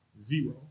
Zero